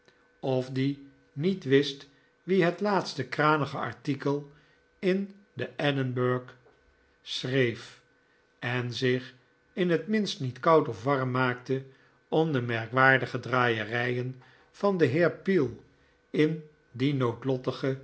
of die niet wist wie het laatste kranige artikel in de edinburgh schreef en zich in het minst niet koud of warm maakte om de merkwaardige draaierijen van den heer peel in die